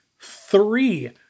three